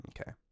Okay